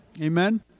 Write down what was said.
Amen